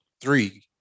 three